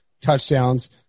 touchdowns